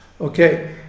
okay